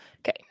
Okay